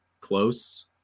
close